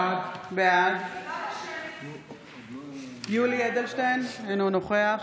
בעד יולי יואל אדלשטיין, אינו נוכח